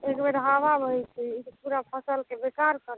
एकबेर हवा बहै छै तऽ पूरा फसल के बेकार करतै